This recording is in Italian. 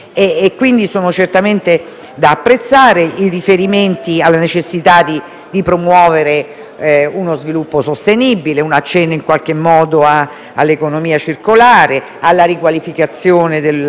apprezzare i riferimenti alla necessità di promuovere uno sviluppo sostenibile, che è un accenno all'economia circolare e alla riqualificazione dell'offerta turistica